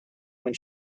when